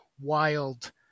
wild